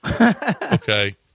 Okay